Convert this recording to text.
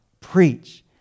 Preach